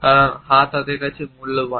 কারণ হাত তাদের কাছে মূল্যবান